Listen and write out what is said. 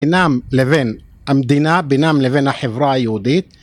בינם לבין המדינה, בינם לבין החברה היהודית